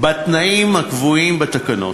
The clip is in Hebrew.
בתנאים הקבועים בתקנות.